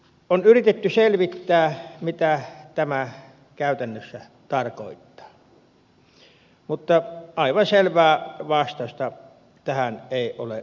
on yritetty selvittää mitä tämä käytännössä tarkoittaa mutta aivan selvää vastausta tähän ei ole löytynyt